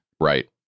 Right